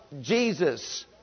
Jesus